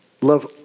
Love